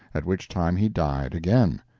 at which time he died again.